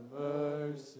mercy